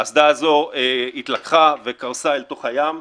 האסדה הזו התלקחה וקרסה אל תוך הים.